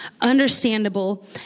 understandable